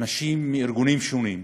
אנשים מארגונים שונים,